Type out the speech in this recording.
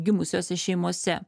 gimusiose šeimose